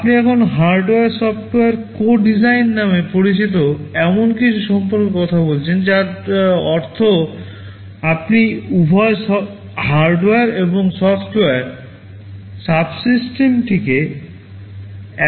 আপনি এখন hardware software co design নামে পরিচিত এমন কিছু সম্পর্কে কথা বলছেন যার অর্থ আপনি উভয় হার্ডওয়্যার এবং সফ্টওয়্যার সাবসিস্টেমটিকে একসাথে ডিজাইন করছেন